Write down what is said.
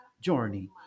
journey